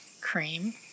cream